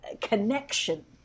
connection